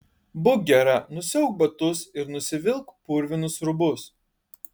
būk gera nusiauk batus ir nusivilk purvinus rūbus